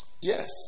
Yes